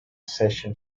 session